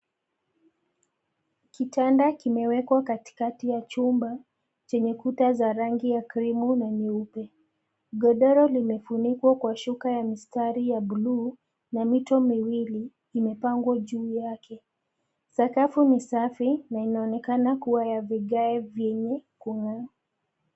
Kitanda kimewekwa kati kati ya chumba, chenye kuta za rangi ya krimu na nyeupe, godoro limefunikwa kwa shuka ya mistari ya buluu, na mito miwili, imepangwa juu yake, sakafu ni safi na inaonekana kuwa ya vigae vyenye, kung'ara.